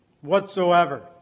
whatsoever